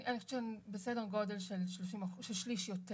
אני חושבת ששליש יותר